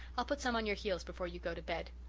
i'll put some on your heels before you go to bed.